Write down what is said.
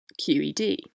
QED